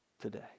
today